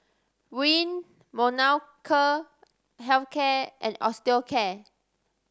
Rene Molnylcke Health Care and Osteocare